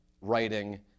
writing